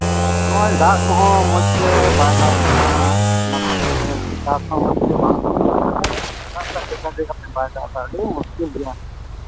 ᱱᱚᱜᱼᱚᱭ ᱫᱟᱜ ᱠᱚᱦᱚᱸ ᱢᱚᱡᱽᱛᱮ ᱵᱟᱭ ᱫᱟᱜᱮᱫ ᱠᱟᱱᱟ ᱚᱱᱟᱛᱮ ᱪᱟᱥ ᱦᱚᱸ ᱢᱚᱡᱽ ᱛᱮ ᱵᱟᱝ ᱦᱩᱭᱩᱜ ᱠᱟᱱᱟ ᱵᱟᱭ ᱫᱟᱜ ᱮᱫᱟ ᱟᱹᱰᱤ ᱢᱩᱥᱠᱤᱞ ᱜᱮᱭᱟ